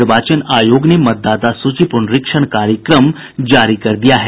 निर्वाचन आयोग ने मतदाता सूची पूनरीक्षण कार्यक्रम जारी कर दिया है